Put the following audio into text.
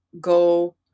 go